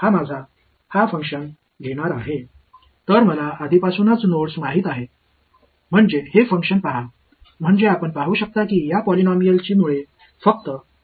எனவே நான் 2 புள்ளி விதியைத் தேர்ந்தெடுத்தால் N 2 க்கு சமம் இது நான் எடுக்கப் போகும் செயல்பாடு